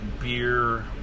beer